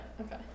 okay